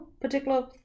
particular